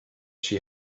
she